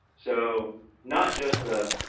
so not just a,